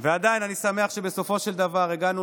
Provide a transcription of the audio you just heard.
עדיין, אני שמח שבסופו של דבר הגענו